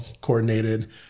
coordinated